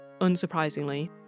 unsurprisingly